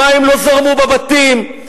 מים לא זרמו בבתים,